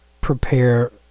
prepare